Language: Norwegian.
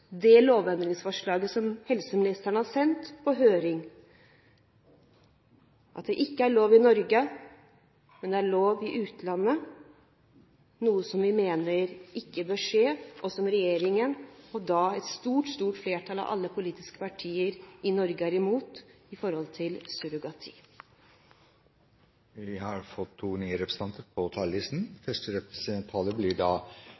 det lovendringsforslaget som helseministeren har sendt på høring, at surrogati ikke er lov i Norge, men det er lov i utlandet, noe som vi mener ikke bør skje, og som regjeringen og et stort, stort flertall av de politiske partier i Norge er imot. Dette er en debatt som gir rom for mange sterke følelser, og som lett blir